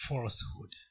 Falsehood